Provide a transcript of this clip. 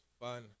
fun